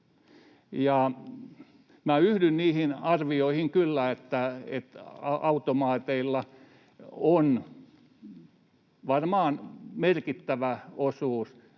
kyllä niihin arvioihin, että automaateilla on varmaan merkittävä osuus